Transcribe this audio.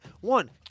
One